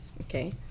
Okay